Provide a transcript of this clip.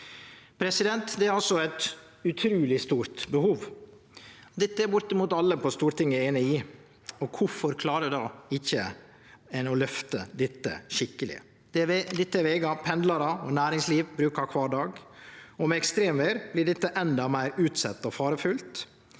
Romsdal. Det er altså eit utruleg stort behov. Dette er bortimot alle på Stortinget einige i, og kvifor klarer ein då ikkje å løfte dette skikkeleg? Dette er vegar pendlarar og næringsliv brukar kvar dag, og med ekstremvêr vert dette endå meir utsett og farefullt